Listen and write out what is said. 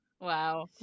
Wow